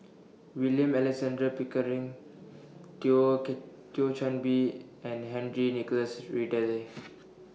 William Alexander Pickering Thio Kit Thio Chan Bee and Henry Nicholas Ridley